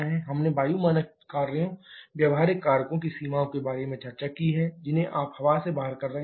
हमने वायु मानक कार्यों व्यावहारिक कारकों की सीमाओं के बारे में चर्चा की है जिन्हें आप हवा से बाहर कर रहे हैं